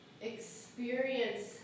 Experience